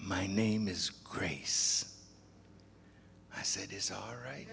my name is grace i said it's all right